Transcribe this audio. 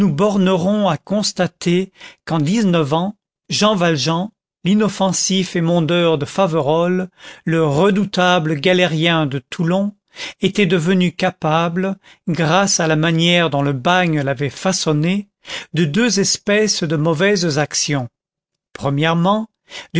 bornerons à constater qu'en dix-neuf ans jean valjean l'inoffensif émondeur de faverolles le redoutable galérien de toulon était devenu capable grâce à la manière dont le bagne l'avait façonné de deux espèces de mauvaises actions premièrement